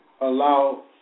allow